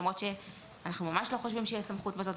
למרות שאנחנו ממש לא חושבים שיש סמכות כזאת,